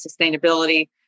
sustainability